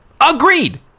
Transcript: Agreed